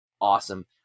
awesome